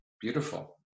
Beautiful